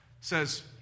says